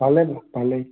ভালে ভালে